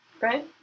Right